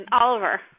Oliver